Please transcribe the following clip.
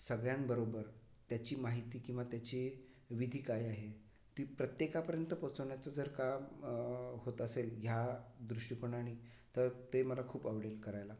सगळ्यांबरोबर त्याची माहिती किंवा त्याचे विधी काय आहे ती प्रत्येकापर्यंत पोचवण्याचा जर का होत असेल ह्या दृष्टिकोनानी तर ते मला खूप आवडेल करायला